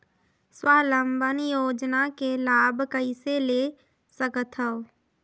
स्वावलंबन योजना के लाभ कइसे ले सकथव?